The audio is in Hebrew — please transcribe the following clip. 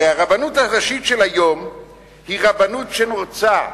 הרי הרבנות הראשית של היום היא רבנות שרוצה,